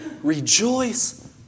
Rejoice